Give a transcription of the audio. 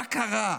מה קרה?